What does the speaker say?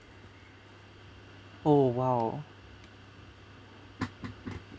oh !wow!